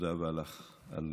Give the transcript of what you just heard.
תודה רבה לך על